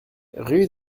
rue